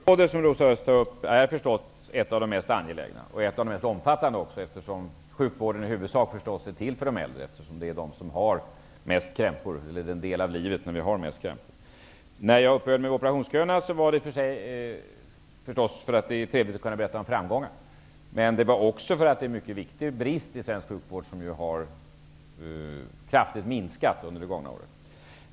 Herr talman! Det område som Rosa Östh tar upp är förstås ett av de mest angelägna och ett av de mest omfattande, eftersom sjukvården i huvudsak är till för de äldre som är i det skede av livet då man har mest krämpor. När jag uppehöll mig vid frågan om operationsköerna var det därför att det förstås är trevligt att kunna tala om framgångar, men också därför att det har varit en brist i svensk sjukvård som avsevärt avhjälpts under det gångna året.